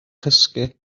chysgu